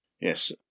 Yes